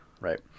right